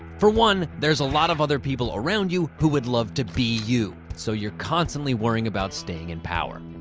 for one, there's a lot of other people around you who would love to be you, so you're constantly worrying about staying in power.